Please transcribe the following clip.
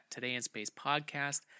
todayinspacepodcast